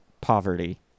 poverty